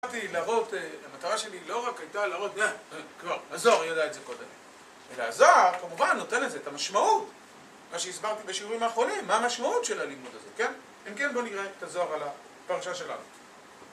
המטרה שלי לא רק הייתה להראות, נה, כבר, הזוהר ידע את זה קודם אלא הזוהר, כמובן, נותן לזה את המשמעות מה שהסברתי בשיעורים האחרונים, מה המשמעות של הלימוד הזה, כן? אם כן, בוא נראה את הזוהר על הפרשה שלנו